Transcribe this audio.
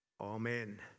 Amen